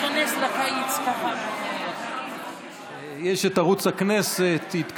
יש ערוץ הכנסת, יתכבד,